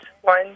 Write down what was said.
One